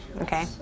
okay